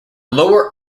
lower